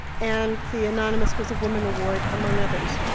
and the anonymous was a woman award, among others.